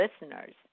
listeners